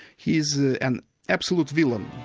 he is an absolute villain.